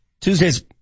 Tuesdays